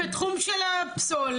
בתחום של הפסולת,